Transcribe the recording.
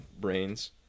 brains